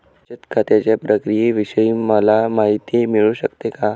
बचत खात्याच्या प्रक्रियेविषयी मला माहिती मिळू शकते का?